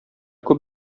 күп